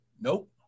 Nope